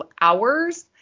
hours